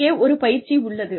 இங்கே ஒரு பயிற்சி உள்ளது